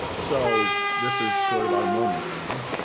so this is sort of our moment now.